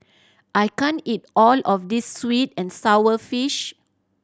I can't eat all of this sweet and sour fish